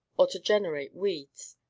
or to generate weeds.